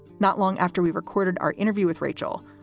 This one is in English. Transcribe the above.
not long after we recorded our interview with rachel,